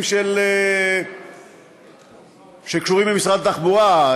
נושאים שקשורים במשרד התחבורה,